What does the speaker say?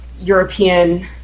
European